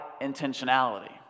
intentionality